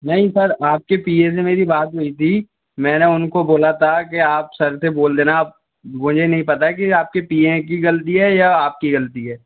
नहीं सर आपके P A से मेरी बात हुई थी मैंने उनको बोला था कि आप सर से बोल देना आप मुझे नहीं पता है कि आपके पि एं की ग़लती है या आपकी ग़लती है